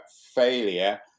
failure